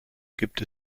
gibt